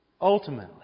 ultimately